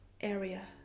area